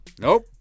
Nope